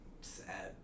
sad